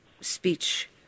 speech